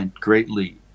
greatly